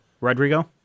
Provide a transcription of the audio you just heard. Rodrigo